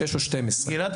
שש או 12. גלעד,